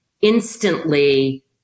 instantly